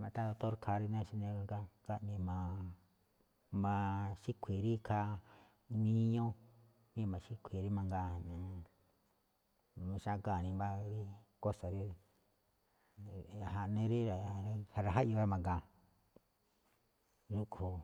maꞌthán doktór ikhaa xáne gáꞌne ma̱, ma̱xíkhui̱i̱ rí ikhaa, miñú, jamí ma̱xíkhui̱i̱ mangaa, ma̱xágáa̱n nimbá rí kósa̱ rí, ja̱ꞌnee rí ra̱jaꞌyoo ma̱gaan, rúꞌkhue̱n.